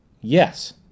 yes